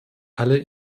alle